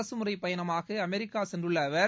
அரசுமுறை பயணமாக அமெரிக்கா சென்றுள்ள அவர்